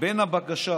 בין הבקשה